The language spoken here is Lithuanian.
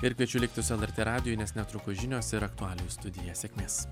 ir kviečiu likti su lrt radiju nes netrukus žinios ir aktualijų studija sėkmės